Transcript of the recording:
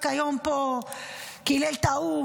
רק היום פה הוא קילל את ההוא,